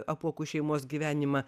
apuokų šeimos gyvenimą